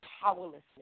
powerlessness